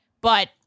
But-